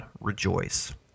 Rejoice